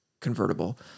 convertible